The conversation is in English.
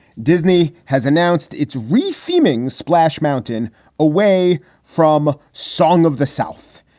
disney has announced its refeeding splash mountain away from song of the south,